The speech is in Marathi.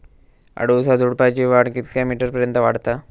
अडुळसा झुडूपाची वाढ कितक्या मीटर पर्यंत वाढता?